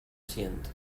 siento